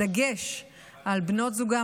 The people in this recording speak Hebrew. בדגש על בנות זוגם,